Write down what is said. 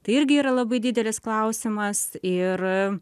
tai irgi yra labai didelis klausimas ir